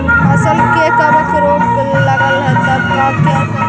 फसल में कबक रोग लगल है तब का करबै